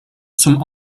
zum